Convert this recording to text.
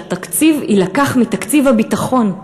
שהתקציב יילקח מתקציב הביטחון.